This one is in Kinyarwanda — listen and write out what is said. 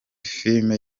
filime